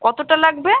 কতটা লাগবে